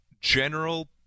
general